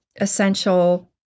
essential